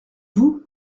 vous